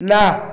না